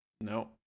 No